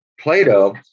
Plato